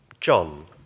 John